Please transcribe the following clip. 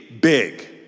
big